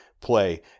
play